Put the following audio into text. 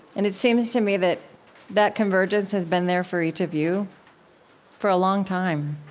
and it seems to me that that convergence has been there for each of you for a long time.